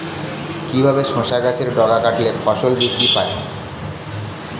কিভাবে শসা গাছের ডগা কাটলে ফলন বৃদ্ধি পায়?